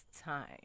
time